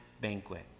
banquet